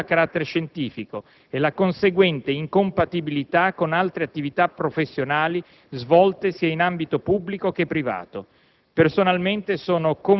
degli Istituti di ricovero e cura a carattere scientifico e la conseguente incompatibilità con altre attività professionali svolte sia in ambito pubblico che privato.